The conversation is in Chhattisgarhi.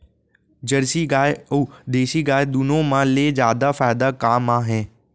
जरसी गाय अऊ देसी गाय दूनो मा ले जादा फायदा का मा हे?